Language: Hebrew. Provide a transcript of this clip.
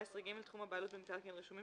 תחום הבעלות במקרקעין רשומים